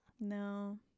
No